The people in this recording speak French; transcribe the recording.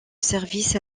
service